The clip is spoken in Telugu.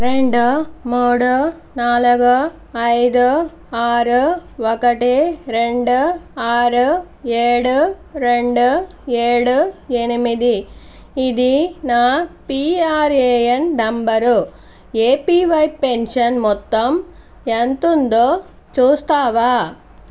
రెండు మూడు నాలుగు ఐదు ఆరు ఒకటి రెండు ఆరు ఏడు రెండు ఏడు ఎనిమిది ఇది నా పిఆర్ఎయన్ నంబరు ఎపివై పెన్షన్ మొత్తం ఎంత ఉందో చూస్తావా